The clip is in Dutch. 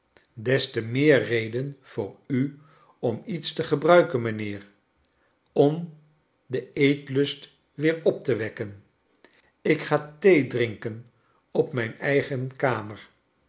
des te meer reden voor u om iets te gebruiken mijnheer om den eetlust weer op te wekken ik ga theedrinken op mijn eigen kamer